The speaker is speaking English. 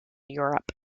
europe